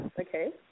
Okay